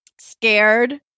Scared